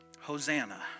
Hosanna